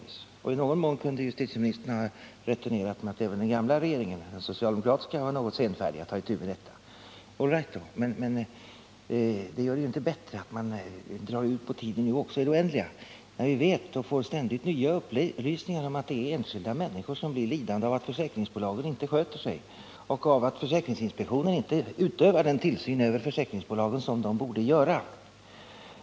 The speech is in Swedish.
I viss mån kunde justitieministern ha returnerat med att även den socialdemokratiska regeringen var något senfärdig att ta itu med detta. All right, men det gör inte saken bättre att man nu drar ut på tiden i det oändliga när vi ständigt får nya upplysningar om att det är enskilda människor som blir lidande av att försäkringsbolagen inte sköter sig och av att försäkringsinspektionen inte utövar den tillsyn över försäkringsbolagen som den borde göra.